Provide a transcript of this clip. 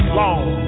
long